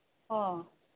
ꯑꯣ